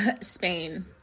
Spain